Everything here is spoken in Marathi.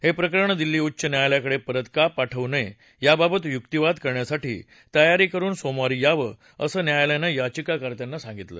हे प्रकरण दिल्ली उच्च न्यायालयाकडे परत का पाठवू नये याबाबत युक्तीवाद करण्यासाठी तयारी करुन सोमवारी यावं असं न्यायालयानं याचिकाकर्त्यांना सांगितलं